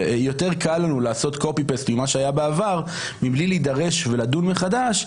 יותר קל לנו לעשות copy paste ממה שהיה בעבר מבלי להידרש ולדון מחדש,